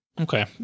Okay